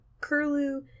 Curlew